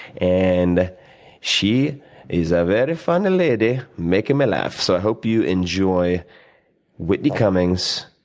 and she is a very funny lady, making me laugh. so i hope you enjoy whitney cummings.